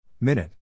Minute